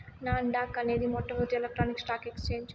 non dock అనేది మొట్టమొదటి electronic stock exchange